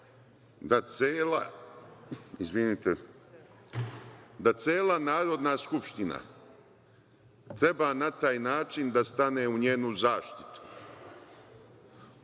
da cela Narodna skupština treba na taj način da stane u njenu zaštitu. Ona